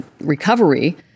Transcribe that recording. recovery